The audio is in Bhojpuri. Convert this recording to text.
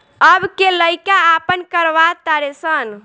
अब के लइका आपन करवा तारे सन